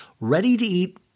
ready-to-eat